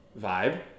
vibe